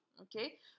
Okay